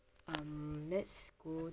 um let's go